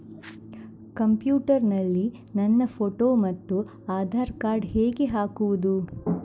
Computer ನಲ್ಲಿ ನನ್ನ photo ಮತ್ತು ಆಧಾರ್ ಕಾರ್ಡ್ ಹೇಗೆ ಹಾಕುವುದು?